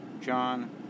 John